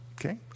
Okay